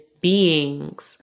beings